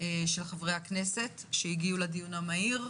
של חברי הכנסת שהגיעו לדיון המהיר.